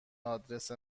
آدرس